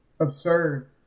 absurd